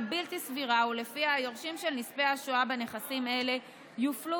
בלתי סבירה ולפיה היורשים של נספי השואה בנכסים אלה יופלו